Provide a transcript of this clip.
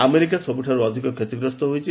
America ସବୁଠୁ ଅଧିକ କ୍ଷତିଗ୍ରସ୍ତ ହୋଇଛି